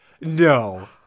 No